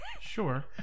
Sure